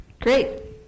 Great